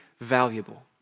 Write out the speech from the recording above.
valuable